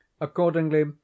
accordingly